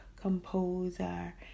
composer